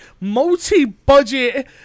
multi-budget